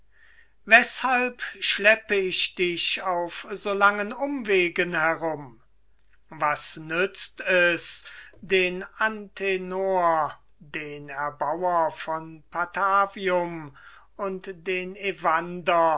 weshalb schleppe ich dich auf so langen umwegen herum was nützt es den antenor den erbauer von patavium und den evander